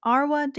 Arwa